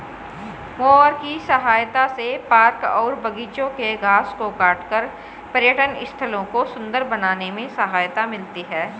mower की सहायता से पार्क और बागिचों के घास को काटकर पर्यटन स्थलों को सुन्दर बनाने में सहायता मिलती है